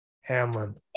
Hamlin